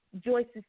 Joyce's